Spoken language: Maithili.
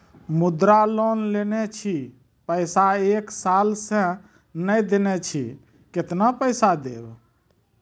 मुद्रा लोन लेने छी पैसा एक साल से ने देने छी केतना पैसा देब?